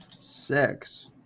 six